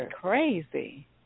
crazy